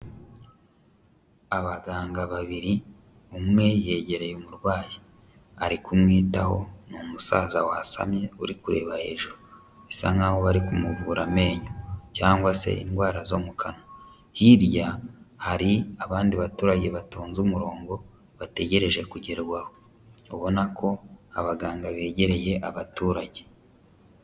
Abaganga babiri, umwe yegereye umurwayi, ari kumwitaho, ni umusaza wasamye, uri kureba hejuru, bisa nkaho bari kumuvura amenyo cyangwa se indwara zo mu kanwa, hirya hari abandi baturage batonze umurongo bategereje kugerwaho, ubona ko abaganga begereye abaturage.